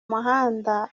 mahanga